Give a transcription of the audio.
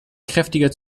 kräftiger